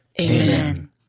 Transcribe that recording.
Amen